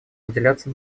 уделяться